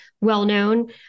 well-known